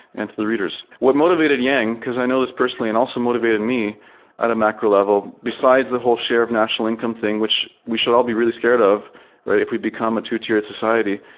and to the readers. what motivated yang, because i know this personally, and also motivated me at a macro level, besides the whole share of national income thing, which we should all be really scared of if we become a two-tiered society.